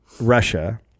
Russia